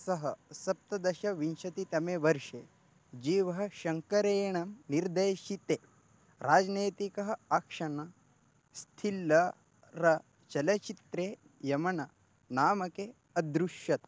सः सप्तदशविंशतितमे वर्षे जीवः शङ्करेण निर्देशिते राजनैतिकः आक्षन स्थिल्लरचलचित्रे यम नामके अदृश्यत्